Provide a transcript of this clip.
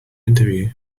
interview